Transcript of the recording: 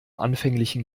anfänglichen